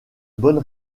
bonne